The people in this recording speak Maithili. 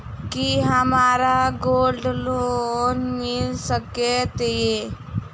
की हमरा गोल्ड लोन मिल सकैत ये?